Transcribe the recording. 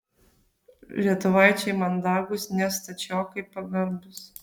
lietuvaičiai mandagūs ne stačiokai pagarbūs